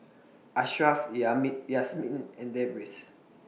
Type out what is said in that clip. Ashraff yummy Yasmin and Deris